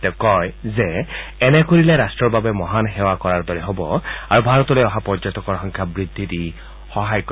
তেওঁ কয় যে এনে কৰিলে ৰাট্টৰ বাবে মহান সেৱা কৰাৰ দৰে হ'ব আৰু ভাৰতলৈ অহা পৰ্যটকৰ সংখ্যা বৃদ্ধিত ই সহায় কৰিব